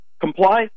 Comply